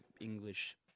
English